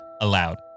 aloud